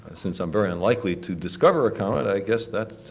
since i'm very unlikely to discover a comet, i guess that